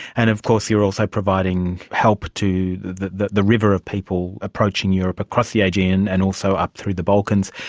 and of course you are also providing help to the the river of people approaching europe across the aegean and also up through the balkans.